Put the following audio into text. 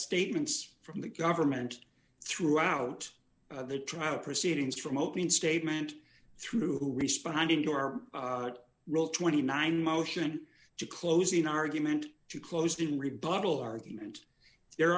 statements from the government throughout the trial proceedings from opening statement through responding to our rule twenty nine motion to closing argument to closed in